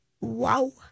Wow